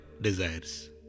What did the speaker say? desires